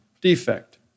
defect